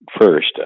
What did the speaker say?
first